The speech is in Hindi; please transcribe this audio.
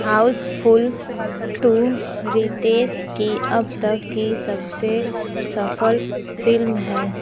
हाउसफुल टू रितेश की अब तक की सब से सफल फिल्म है